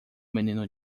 menino